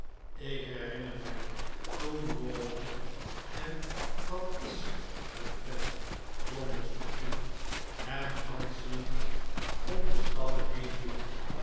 ik herinner mij toen rawdon en dat is een vent drommels nog toe hem ranselend om de stallen heen joeg